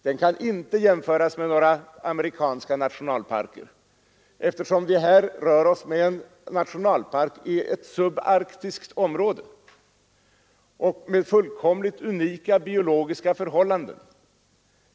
Den kan inte jämställas med några amerikanska nationalparker, eftersom vi här rör oss med en nationalpark i ett subarktiskt område och med fullkomligt unika biologiska förhållanden.